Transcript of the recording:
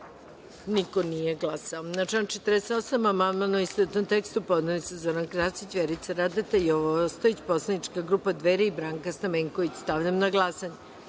niko nije glasao. Na